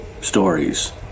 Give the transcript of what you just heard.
stories